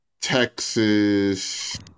Texas